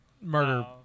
murder